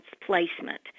placement